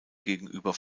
gegenüber